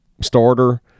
starter